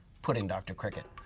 put in dr. cricket.